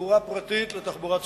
מתחבורה פרטית לתחבורה ציבורית.